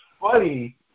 funny